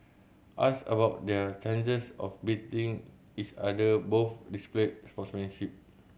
asked about their chances of beating each other both displayed sportsmanship